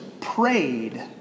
prayed